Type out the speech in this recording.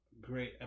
Great